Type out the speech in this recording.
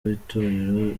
w’itorero